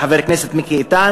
חבר הכנסת מיקי לוי,